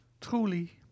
truly